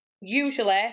usually